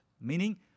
meaning